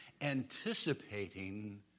anticipating